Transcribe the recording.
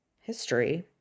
history